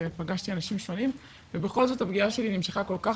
פגשתי אנשים שונים ובכל זאת הפגיעה שלי נמשכה כל כך